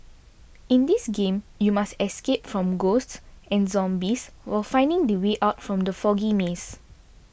in this game you must escape from ghosts and zombies while finding the way out from the foggy maze